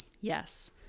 yes